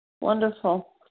Wonderful